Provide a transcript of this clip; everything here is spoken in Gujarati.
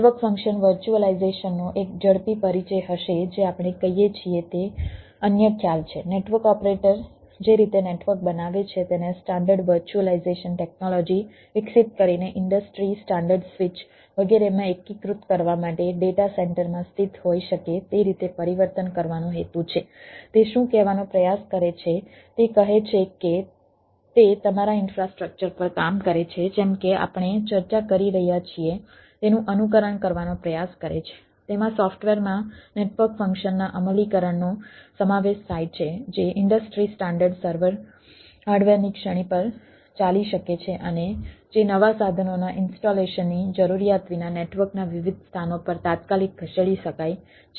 નેટવર્ક ફંક્શન ની જરૂરિયાત વિના નેટવર્કના વિવિધ સ્થાનો પર તાત્કાલિક ખસેડી શકાય છે